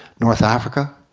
north africa,